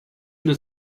not